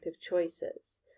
choices